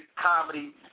comedy